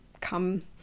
come